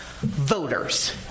voters